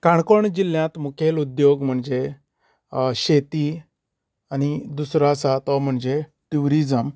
काणकोण जिल्यात मुखेल उद्योग म्हणजे शेती आनी दुसरो आसा तो म्हणजे ट्यूरीजम